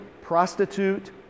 prostitute